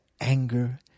anger